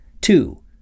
Two